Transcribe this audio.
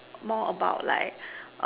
more about like